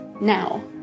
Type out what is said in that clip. now